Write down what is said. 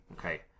Okay